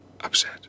upset